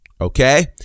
Okay